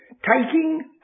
taking